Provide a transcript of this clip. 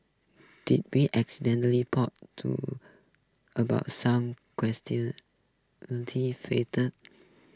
did we pot to about some